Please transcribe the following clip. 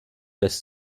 lässt